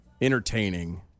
entertaining